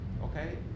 okay